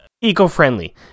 eco-friendly